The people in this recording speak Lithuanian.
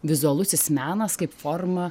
vizualusis menas kaip forma